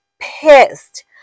pissed